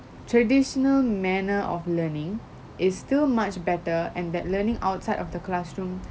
traditional manner of learning is still much better and that learning outside of the classroom